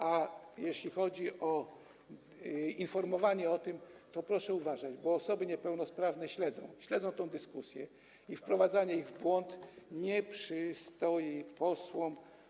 A jeśli chodzi o informowanie o tym, to proszę uważać, bo osoby niepełnosprawne śledzą tę dyskusję i wprowadzanie ich w błąd nie przystoi posłom.